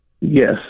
Yes